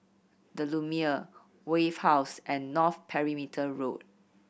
The Lumiere Wave House and North Perimeter Road